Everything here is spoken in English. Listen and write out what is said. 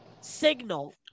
signal